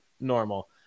normal